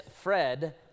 Fred